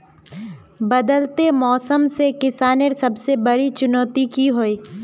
बदलते मौसम से किसानेर सबसे बड़ी चुनौती की होय?